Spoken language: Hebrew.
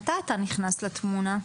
מתי אתה נכנס לתמונה?